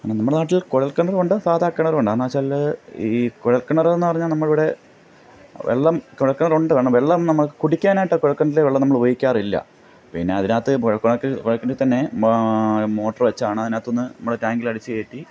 ആ നമ്മുടെ നാട്ടിൽ കുഴൽക്കിണറുമുണ്ട് സാധാക്കിണറുമുണ്ട് അതെന്നാന്നു വച്ചാൽ ഈ കുഴൽക്കിണർ എന്നു പറഞ്ഞാൽ നമ്മൾ ഇവിടെ വെള്ളം കുഴൽക്കിണറുണ്ട് കാരണം വെള്ളം നമ്മൾക്ക് കുടിക്കാനായിട്ട് കുഴൽക്കിണറ്റിലെ വെള്ളം നമ്മളുപയോഗിക്കാറില്ല പിന്നെ അതിനകത്ത് തന്നെ മോട്ടർ വച്ചാണ് അതിനകത്തുനിന്ന് നമ്മൾ ടാങ്കിൽ അടിച്ചുകയറ്റി